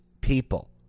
people